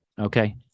Okay